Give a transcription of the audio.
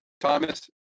Thomas